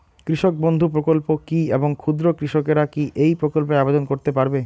কৃষক বন্ধু প্রকল্প কী এবং ক্ষুদ্র কৃষকেরা কী এই প্রকল্পে আবেদন করতে পারবে?